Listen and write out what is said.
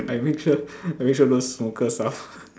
I make sure I make sure those smokers ah